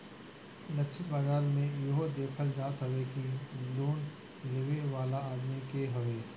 लक्षित बाजार में इहो देखल जात हवे कि लोन लेवे वाला आदमी के हवे